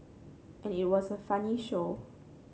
and it was a funny show